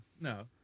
no